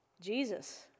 Jesus